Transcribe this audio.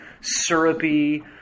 syrupy